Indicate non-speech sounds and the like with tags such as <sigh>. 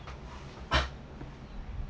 <coughs>